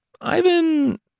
Ivan